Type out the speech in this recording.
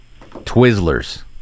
Twizzlers